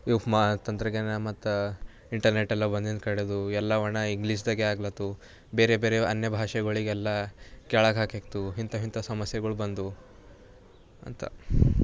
ಇವು ಮಾ ತಂತ್ರಜ್ಞಾನ ಮತ್ತ ಇಂಟರ್ನೆಟ್ ಎಲ್ಲ ಬಂದಿದ್ದು ಕಡದು ಎಲ್ಲ ಒಣ ಇಂಗ್ಲೀಷ್ದಾಗೆ ಆಗ್ಲತ್ತವು ಬೇರೆ ಬೇರೆ ಅನ್ಯ ಭಾಷೆಗಳಿಗೆಲ್ಲ ಕೆಳಗೆ ಹಾಕ್ಯಾಕ್ತು ಇಂಥ ಇಂಥ ಸಮಸ್ಯೆಗಳು ಬಂದವು ಅಂತ